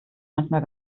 manchmal